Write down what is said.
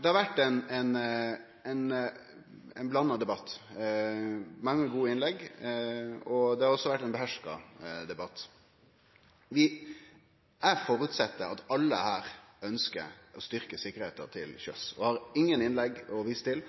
vore ein blanda debatt, mange gode innlegg, og det har også vore ein beherska debatt. Eg går ut frå at alle her ønskjer å styrkje sikkerheita til sjøs. Eg har ingen innlegg å vise til